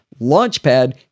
Launchpad